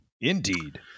indeed